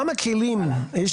מהם הכלים של